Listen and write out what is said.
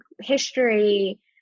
history